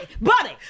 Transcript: Buddy